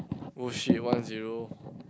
oh shit one zero